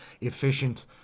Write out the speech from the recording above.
efficient